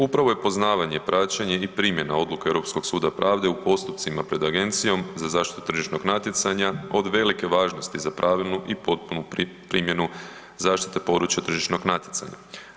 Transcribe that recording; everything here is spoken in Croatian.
Upravo je poznavanje, praćenje i primjena odluke Europskog suda pravde u postupcima pred Agencijom za zaštitu tržišnog natjecanja od velike važnosti za pravilnu i potpunu primjenu zaštite područja tržišnog natjecanja.